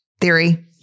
theory